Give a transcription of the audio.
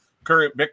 Current